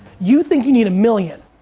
you think you need a million,